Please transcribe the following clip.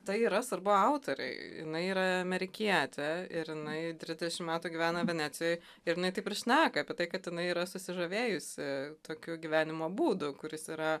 tai yra svarbu autorei jinai yra amerikietė ir jinai trisdešimt metų gyvena venecijoj ir jinai taip ir šneka apie tai kad jinai yra susižavėjusi tokiu gyvenimo būdu kuris yra